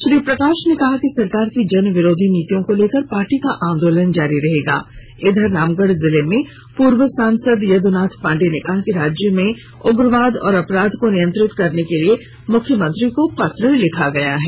श्री प्रकाश ने कहा कि सरकार की जन विरोधी नीतियों को लेकर पार्टी का आंदोलन जारी रहेगा उधर रामगढ़ जिले में पूर्व सांसद यदुनाथ पांडेय ने कहा कि राज्य में उग्रवाद और अपराध को नियंत्रित करने के लिए मुख्यमंत्री को पत्र लिखा गया है